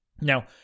Now